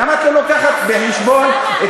למה את לא מביאה בחשבון,